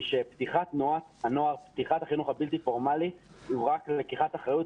שפתיחת החינוך הבלתי פורמלי הוא לקיחת אחריות,